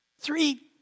Three